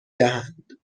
دهند